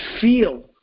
feel